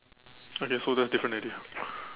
okay so that's different already